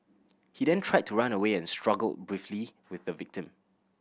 he then tried to run away and struggled briefly with the victim